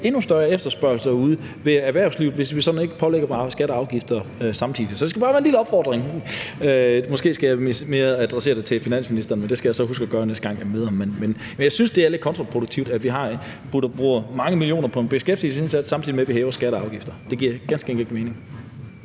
endnu større efterspørgsel ude i erhvervslivet, hvis vi ikke pålagde dem skatter og afgifter samtidig. Så det skal bare være en lille opfordring. Måske skal jeg mere adressere det til finansministeren, men det skal jeg så huske at gøre, næste gang jeg møder ham. Men jeg synes, det er lidt kontraproduktivt, at vi bruger mange millioner på en beskæftigelsesindsats, samtidig med at vi hæver skatter og afgifter. Det giver ganske enkelt ikke mening.